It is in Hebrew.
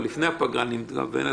אבל לפני הפגרה, אני מתכוון.